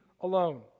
alone